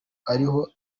ariho